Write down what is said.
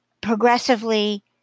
progressively